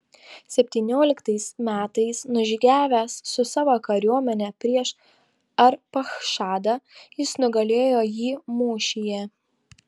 septynioliktais metais nužygiavęs su savo kariuomene prieš arpachšadą jis nugalėjo jį mūšyje